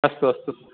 अस्तु अस्तु